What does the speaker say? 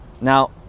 Now